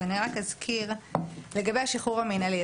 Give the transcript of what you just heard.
אני רק אזכיר לגבי השחרור המנהלי.